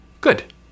Good